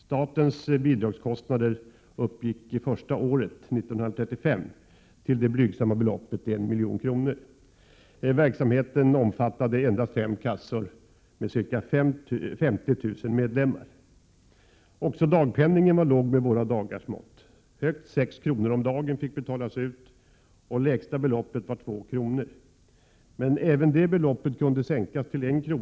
Statens bidragskostnader uppgick första året, 1935, till det blygsamma beloppet 1 milj.kr. Verksamheten omfattade endast fem kassor med ca 50 000 medlemmar. Också dagpenningen var låg med våra dagars mått. Högst 6 kr. om dagen fick betalas ut, och lägsta beloppet var 2 kr. Men även det beloppet kunde sänkas, till I kr.